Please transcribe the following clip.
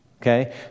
okay